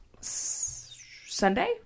Sunday